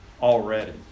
already